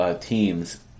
teams